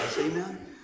Amen